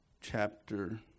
chapter